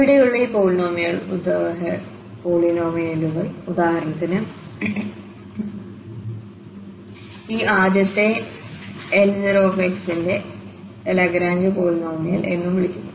ഇവിടെയുള്ള ഈ പോളിനോമിയലുകൾ ഉദാഹരണത്തിന് ഈ ആദ്യത്തേ L0നെ ലാഗ്രാഞ്ച്പോളിനോമിയൽ എന്നും വിളിക്കുന്നു